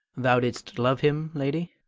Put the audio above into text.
thou didst love him, lady?